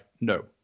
no